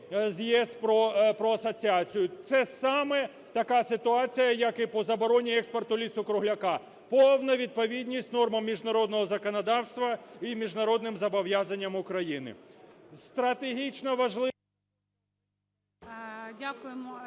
з ЄС про асоціацію. Це саме така ситуація, як і по забороні експорту лісу-кругляка. Повна відповідність нормам міжнародного законодавства і міжнародним зобов'язанням України.